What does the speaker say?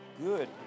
Good